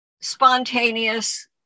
spontaneous